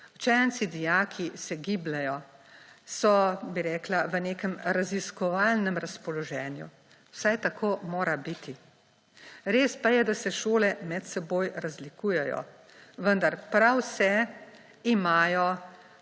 učenci, dijaki se gibljejo, so, bi rekla, v nekem raziskovalnem razpoloženju, saj tako mora biti. Res pa je, da se šole med seboj razlikujejo, vendar prav vse imajo